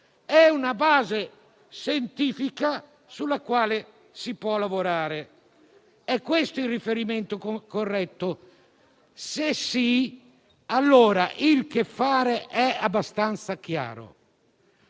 di una base scientifica, sulla quale si può lavorare. È questo il riferimento corretto? Se la risposta è affermativa, il "che fare" è abbastanza chiaro.